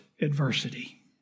adversity